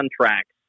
contracts